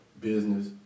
business